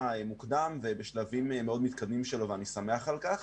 המוקדם ובשלבים מאוד מקדמים שלו ואני שמח על כך.